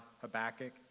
Habakkuk